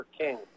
King